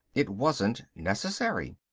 it wasn't necessary.